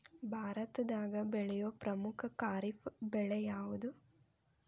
ಭಾರತದಾಗ ಬೆಳೆಯೋ ಪ್ರಮುಖ ಖಾರಿಫ್ ಬೆಳೆ ಯಾವುದ್ರೇ?